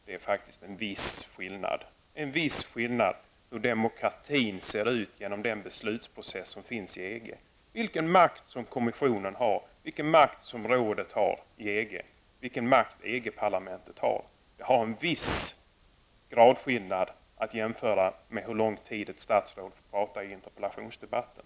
Det är faktiskt en viss skillnad mellan hur demokratin ser ut i den beslutsprocess som tillämpas i EG och den makt som kommissionen, rådet i EG och EG-parlamentet har. Det innebär en viss gradskillnad att jämföra med hur lång tid ett statsråd får tala i frågedebatter.